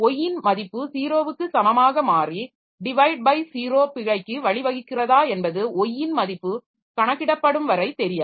Y இன் மதிப்பு 0 க்கு சமமாக மாறி டிவைட் பை 0 பிழைக்கு வழிவகுக்கிறதா என்பது Y இன் மதிப்பு கணக்கிடப்படும் வரை தெரியாது